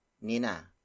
Nina